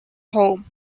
home